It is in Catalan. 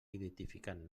identificant